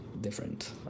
different